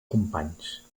companys